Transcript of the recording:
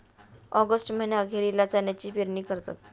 August महीना अखेरीला चण्याची पेरणी करतात